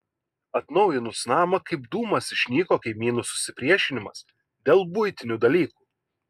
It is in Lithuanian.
atnaujinus namą kaip dūmas išnyko kaimynų susipriešinimas dėl buitinių dalykų